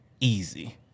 easy